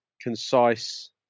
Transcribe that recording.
Concise